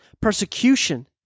persecution